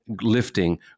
lifting